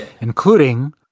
including